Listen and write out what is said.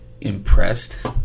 impressed